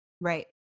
Right